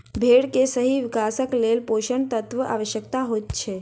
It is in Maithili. भेंड़ के सही विकासक लेल पोषण तत्वक आवश्यता होइत छै